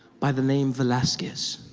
by the name velasquez.